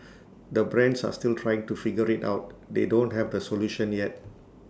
the brands are still trying to figure IT out they don't have the solution yet